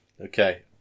okay